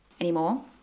anymore